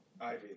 Ivy